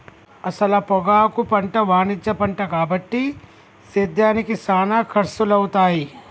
అసల పొగాకు పంట వాణిజ్య పంట కాబట్టి సేద్యానికి సానా ఖర్సులవుతాయి